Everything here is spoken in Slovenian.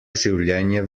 življenje